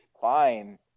fine